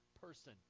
person